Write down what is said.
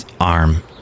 Arm